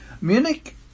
Munich